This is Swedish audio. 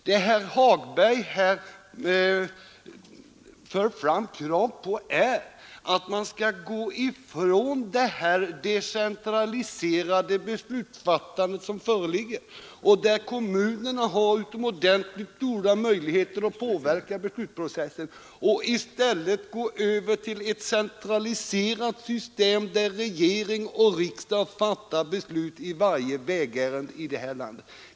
Vad herr Hagberg här kräver är att man skall gå ifrån det decentraliserade beslutsfattande som tillämpas, där kommunerna har utomordentligt stora möjligheter att påverka beslutsprocessen, och i stället gå över till ett centraliserat system, där regering och riksdag fattar beslut i varje vägärende i vårt land.